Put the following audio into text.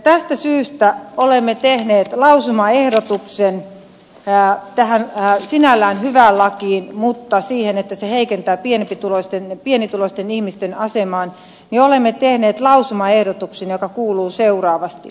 tästä syystä olemme tehneet lausumaehdotuksen tähän sinällään hyvään lakiin mutta siihen että se heikentää pienituloisten ihmisten asemaa olemme tehneet lausumaehdotuksen joka kuuluu seuraavasti